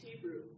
Hebrew